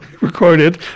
recorded